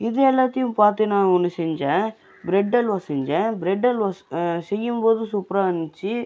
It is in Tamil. இது எல்லாத்தையும் பார்த்து நான் ஒன்று செஞ்சேன் பிரெட் அல்வா செஞ்சேன் பிரெட் அல்வா செய்யும்போது சூப்பராக இருந்துச்சு